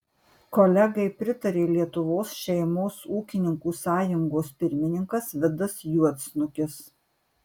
kolegai pritarė lietuvos šeimos ūkininkų sąjungos pirmininkas vidas juodsnukis